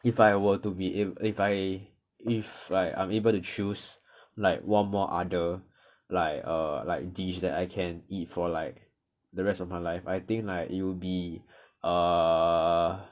if I were to be ab~ if I if if like I'm able to choose like one more other like err like dish that I can eat for like the rest of my life I think like it'll be err